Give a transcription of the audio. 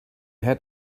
had